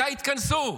מתי התכנסו?